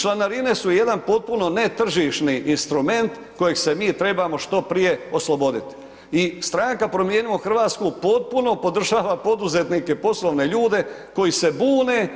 Članarine su jedan potpuno netržišni instrument kojeg se mi trebamo što prije oslobodit i Stranka promijenimo Hrvatsku potpuno podržava poduzetnike, poslovne ljude koji se bune